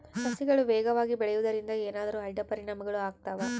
ಸಸಿಗಳು ವೇಗವಾಗಿ ಬೆಳೆಯುವದರಿಂದ ಏನಾದರೂ ಅಡ್ಡ ಪರಿಣಾಮಗಳು ಆಗ್ತವಾ?